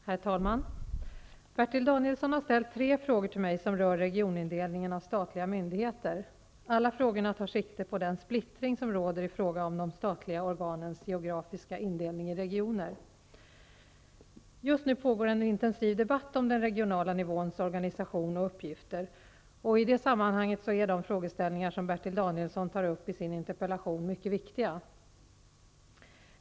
Herr talman! Bertil Danielsson har ställt tre frågor till mig som rör regionindelningen av statliga myndigheter. Alla frågorna tar sikte på den splittring som råder i fråga om de statliga organens geografiska indelning i regioner. Just nu pågår en intensiv debatt om den regionala nivåns organisation och uppgifter. I det sammanhanget är de frågeställningar som Bertil Danielsson tar upp i sin interpellation mycket viktiga.